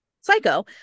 psycho